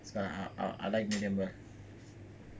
so I I like medium well